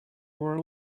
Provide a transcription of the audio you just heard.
where